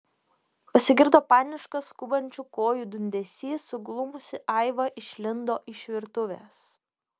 pasigirdo paniškas skubančių kojų dundesys suglumusi aiva išlindo iš virtuvės